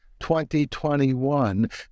2021